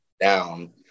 down